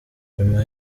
nyuma